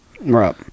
Right